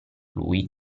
lui